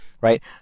right